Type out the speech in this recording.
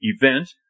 Event